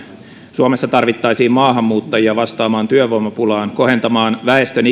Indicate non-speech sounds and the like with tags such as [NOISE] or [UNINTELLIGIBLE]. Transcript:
suomessa tarvittaisiin maahanmuuttajia vastaamaan työvoimapulaan kohentamaan väestön [UNINTELLIGIBLE]